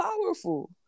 powerful